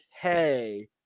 Hey